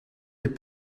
les